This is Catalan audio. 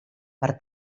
per